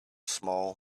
small